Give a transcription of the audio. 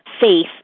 faith